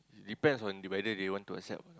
depends on the whether they want to accept